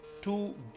two